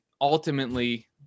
ultimately